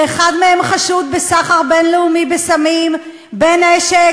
שאחד מהם חשוד בסחר בין-לאומי בסמים ובנשק,